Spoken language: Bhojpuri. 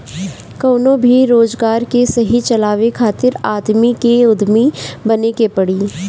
कवनो भी रोजगार के सही चलावे खातिर आदमी के उद्यमी बने के पड़ी